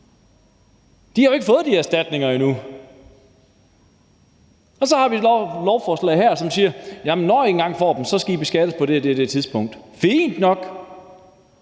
De har jo ikke fået de her erstatninger endnu. Og så har vi et lovforslag her, hvor man siger: Jamen når I engang får dem, skal I beskattes på det og det og det tidspunkt. Fint nok!